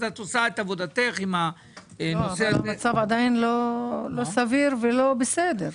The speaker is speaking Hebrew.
אז את עושה את עבודתך -- אבל המצב הקיים עדיין לא סביר ולא בסדר.